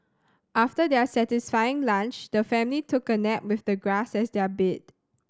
after their satisfying lunch the family took a nap with the grass as their bed